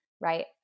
right